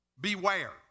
Beware